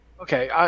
Okay